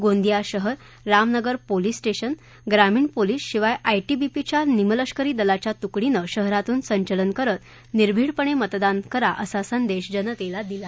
गोंदिया शहर Ramnagar police station ग्रामीण police शिवाय आयटीबीपीच्या निमलष्करी दलाच्या तुकडीनेनं शहरातून संचलन करत निर्भीडपणे मतदानाला करा असा संदेश जनतेला दिला